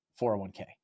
401k